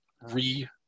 re-